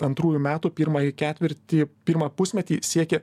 antrųjų metų pirmąjį ketvirtį pirmą pusmetį siekė